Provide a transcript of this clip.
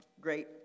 great